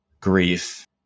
grief